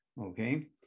okay